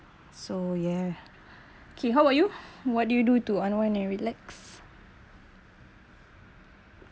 so yeah okay how about you what do you do to unwind and relax